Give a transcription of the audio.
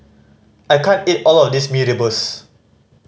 I can't eat all of this Mee Rebus